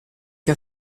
che